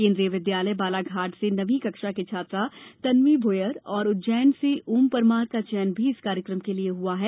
केंद्रीय विद्यालय बालाघाट से नवीं कक्षा की छात्रा तन्वी भोयर और उज्जैन से ओम परमार का चयन भी इस कार्यक्रम के लिए हुआ है